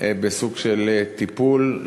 בסוג של טיפול.